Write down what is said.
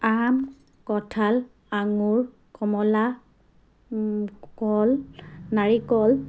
আম কঁঠাল আঙুৰ কমলা কল নাৰিকল